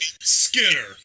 skinner